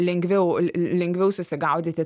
lengviau lengviau susigaudyti